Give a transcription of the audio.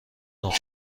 نقاط